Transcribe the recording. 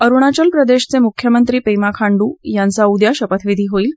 अरुणाचल प्रदेशचे मुख्यमंत्री पेमा खांडू यांचा उद्या शपथविधी होईल